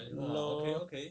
LOL